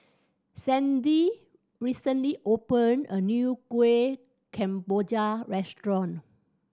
Sandy recently open a new Kuih Kemboja restaurant